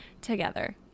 together